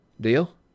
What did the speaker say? Deal